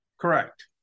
Correct